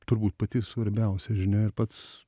turbūt pati svarbiausia žinia ir pats